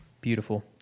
Beautiful